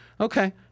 Okay